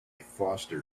foster